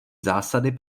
zásady